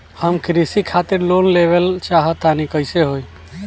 हम कृषि खातिर लोन लेवल चाहऽ तनि कइसे होई?